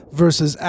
versus